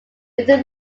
within